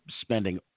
spending